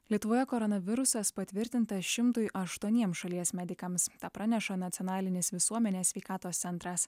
lietuvoje koronavirusas patvirtintas šimtui aštuoniems šalies medikams praneša nacionalinis visuomenės sveikatos centras